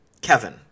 Kevin